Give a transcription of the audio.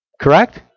Correct